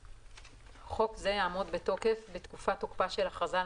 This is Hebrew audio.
תוקף 3. חוק זה יעמוד בתוקף בתקופת תוקפה של הכרזה על